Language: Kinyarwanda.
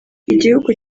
igihugu